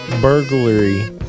burglary